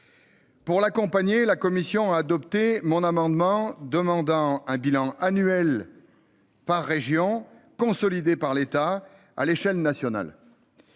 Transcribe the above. Pour l'accompagner. La commission a adopté mon amendement demandant un bilan annuel. Par région, consolidé par l'État à l'échelle nationale.